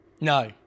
No